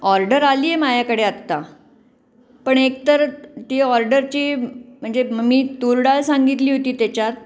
order आली आहे माझ्याकडे आत्ता पण एक तर ती ऑर्डरची म्हणजे म मी तुरडाळ सांगितली होती त्याच्यात